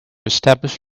establish